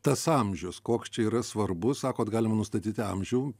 tas amžius koks čia yra svarbu sakot galima nustatyti amžių